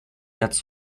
quatre